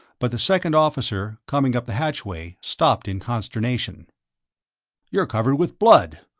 but the second officer, coming up the hatchway, stopped in consternation you're covered with blood!